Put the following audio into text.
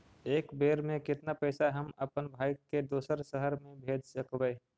एक बेर मे कतना पैसा हम अपन भाइ के दोसर शहर मे भेज सकबै?